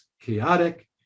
chaotic